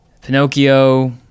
Pinocchio